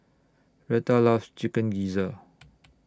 Rheta loves Chicken Gizzard